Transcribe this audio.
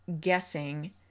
guessing